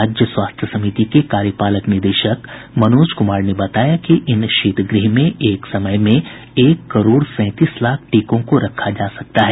राज्य स्वास्थ्य समिति के कार्यपालक निदेशक मनोज कुमार ने बताया कि इन शीतगृह में एक समय में एक करोड़ सैंतीस लाख टीकों को रखा जा सकता है